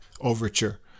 overture